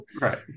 Right